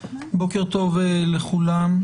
בוקר טוב לכולם.